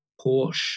Porsche